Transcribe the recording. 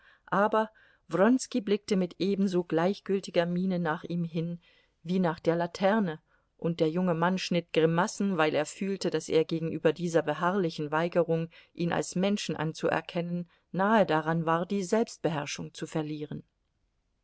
aber wronski blickte mit ebenso gleichgültiger miene nach ihm hin wie nach der laterne und der junge mann schnitt grimassen weil er fühlte daß er gegenüber dieser beharrlichen weigerung ihn als menschen anzuerkennen nahe daran war die selbstbeherrschung zu verlieren